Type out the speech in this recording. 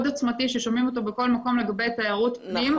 עוצמתי ששומעים אותו בכל מקום לגבי תיירות פנים,